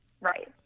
Right